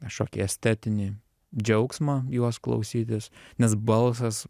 kažkokį estetinį džiaugsmą juos klausytis nes balsas